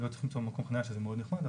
לא צריך למצוא מקום חניה שזה מאוד נחמד,